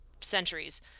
centuries